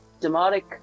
demonic